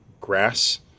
grass